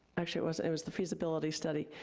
actually it was it was the feasibility study,